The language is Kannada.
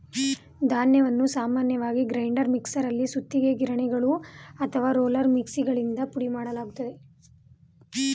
ಧಾನ್ಯವನ್ನು ಸಾಮಾನ್ಯವಾಗಿ ಗ್ರೈಂಡರ್ ಮಿಕ್ಸರಲ್ಲಿ ಸುತ್ತಿಗೆ ಗಿರಣಿಗಳು ಅಥವಾ ರೋಲರ್ ಮಿಲ್ಗಳಿಂದ ಪುಡಿಮಾಡಲಾಗ್ತದೆ